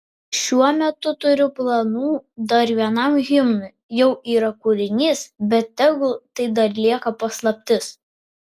šiuo metu turiu planų dar vienam himnui jau yra kūrinys bet tegul tai dar lieka paslaptis